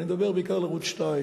ואני מדבר בעיקר על ערוץ-2,